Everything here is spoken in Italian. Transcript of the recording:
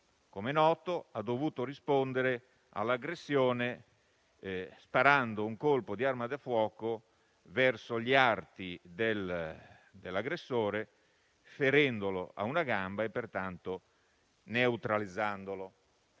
come è noto, ha dovuto rispondere all'aggressione sparando un colpo di arma da fuoco verso gli arti dell'aggressore ferendolo a una gamba e pertanto neutralizzandolo.